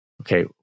Okay